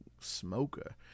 smoker